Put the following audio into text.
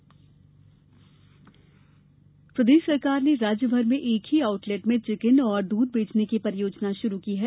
MP outlet प्रदेश सरकार ने राज्य भर में एक ही आउटलेट में चिकन और दूध बेचने की परियोजना शुरू की है